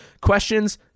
questions